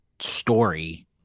story